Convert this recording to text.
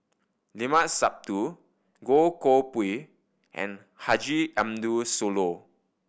Limat Sabtu Goh Koh Pui and Haji Ambo Sooloh